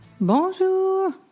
Bonjour